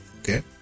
okay